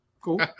Cool